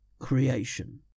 creation